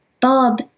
Bob